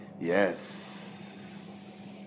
Yes